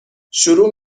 شروع